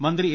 മന്ത്രി എ